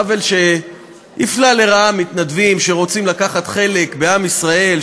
עוול שהפלה לרעה מתנדבים שרוצים לקחת חלק בעם ישראל,